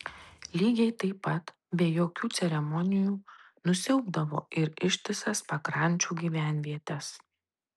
lygiai taip pat be jokių ceremonijų nusiaubdavo ir ištisas pakrančių gyvenvietes